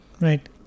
Right